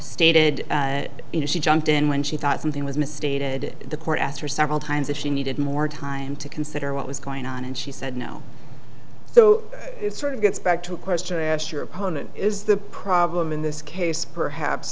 stated she jumped in when she thought something was misstated the court asked her several times if she needed more time to consider what was going on and she said no so it sort of gets back to a question i asked your opponent is the problem in this case perhaps